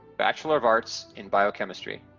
bachelor of arts in biochemistry.